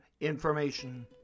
information